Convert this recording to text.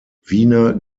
wiener